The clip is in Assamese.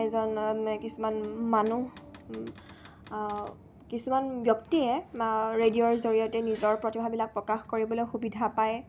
এজন কিছুমান মানুহ কিছুমান ব্যক্তিয়ে ৰেডিঅ'ৰ জৰিয়তে নিজৰ প্ৰতিভাবিলাক প্ৰকাশ কৰিবলৈ সুবিধা পায়